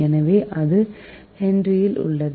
எனவே அது ஹென்றியில் உள்ளது